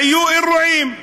היו אירועים.